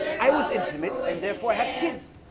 i was intimate and therefore i had kids